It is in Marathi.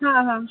हां हां